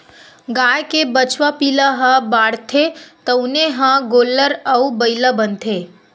गाय के बछवा पिला ह बाढ़थे तउने ह गोल्लर अउ बइला बनथे